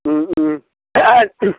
आरो